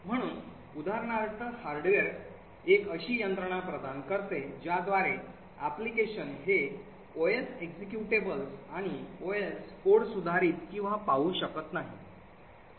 म्हणून उदाहरणार्थ हार्डवेअर एक अशी यंत्रणा प्रदान करते ज्याद्वारे applications हे OS एक्झिक्युटेबल executables आणि OS कोड सुधारित किंवा पाहू शकत नाहीत